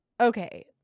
okay